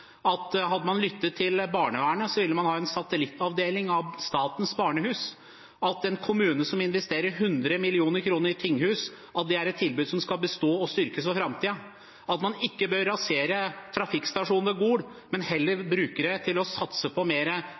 Hadde man lyttet til barnevernet, ville man hatt en satellittavdeling av Statens barnehus. En kommune som investerer 100 mill. kr i et tinghus, ville vite at det er et tilbud som skal bestå og styrkes for framtiden – og man bør ikke rasere trafikkstasjonen ved Gol, men heller bruke den til å satse på mer